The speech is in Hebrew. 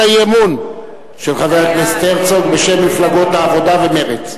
האי-אמון של חבר הכנסת הרצוג בשם מפלגות העבודה ומרצ.